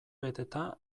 beteta